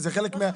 זה ברור.